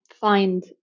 find